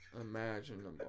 imaginable